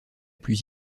plus